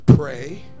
pray